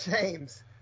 James